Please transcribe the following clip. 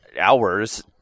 hours